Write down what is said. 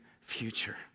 future